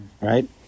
Right